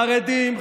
חרדים,